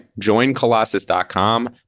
joincolossus.com